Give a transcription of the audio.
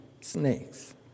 snakes